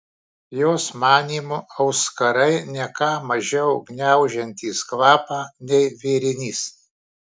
jos manymu auskarai ne ką mažiau gniaužiantys kvapą nei vėrinys